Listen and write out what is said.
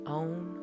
own